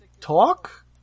talk